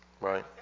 Right